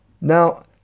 Now